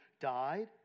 died